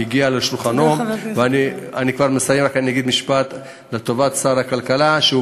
הגיע לשולחנו, תודה, חבר הכנסת כהן.